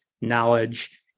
knowledge